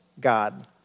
God